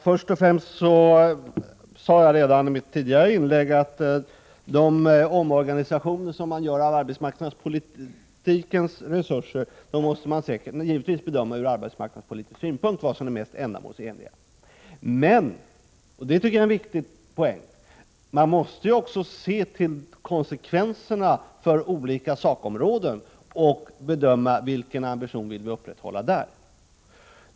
Fru talman! Jag sade redan i mitt tidigare inlägg att det ändamålsenliga med de omorganisationer som man gör av arbetsmarknadspolitikens resurser givetvis måste bedömas från arbetsmarknadspolitisk synpunkt. Men — och det är en viktig poäng — man måste också se till konsekvenserna för olika sakområden och bedöma vilken ambitionsnivå vi vill upprätthålla där.